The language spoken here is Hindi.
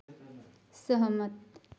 सहमत